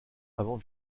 avant